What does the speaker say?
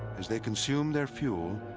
as they consumed their fuel,